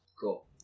Cool